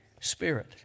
Spirit